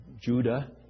Judah